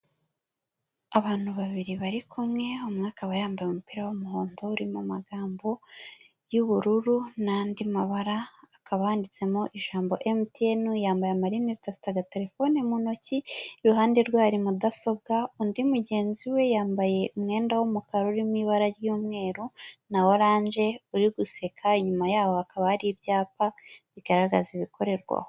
Abantu babiri bari kumwe, umwa akaba yambaye umupira w'umuhondo uri mu magambo y'ubururu n'andi mabara, hakaba handitsemo ijambo emutiyeni yambaye amarinete afite aga telefone mu ntoki, iruhande rwe hari mudasobwa, undi mugenzi we yambaye umwenda w'umukara urimo ibara ry'umweru na oranje uri guseka inyuma yaho hakaba ari ibyapa, bigaragaza ibikorerwaho.